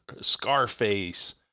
Scarface